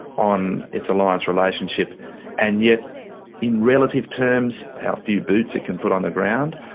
on its alliance relationship and yet in relative terms how few boots it can put on the ground.